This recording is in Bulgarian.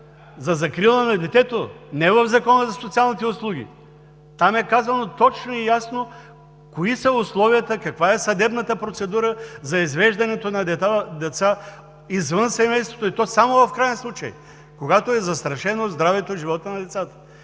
за закрила на детето, а не в Закона за социалните услуги. Там е казано точно и ясно кои са условията, каква е съдебната процедура за извеждането на деца извън семейството, и то само в краен случай – когато са застрашени здравето и животът на децата.